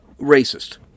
racist